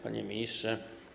Pani Ministrze!